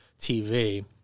TV